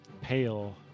pale